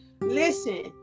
Listen